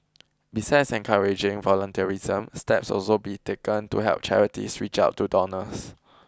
besides encouraging volunteerism steps walso be taken to help charities reach out to donors